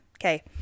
okay